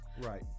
right